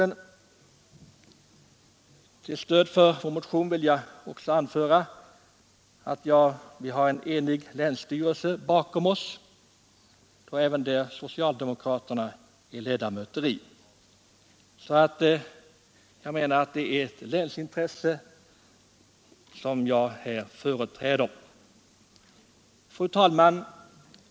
Till stöd för vår motion vill jag för resten också anföra att vi har en enig länsstyrelse bakom oss — alltså även de socialdemokratiska ledamöterna i länsstyrelsen. Jag företräder därför här ett länsintresse. Fru talman!